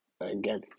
again